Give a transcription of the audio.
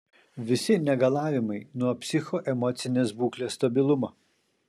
visi negalavimai nuo psichoemocinės būklės stabilumo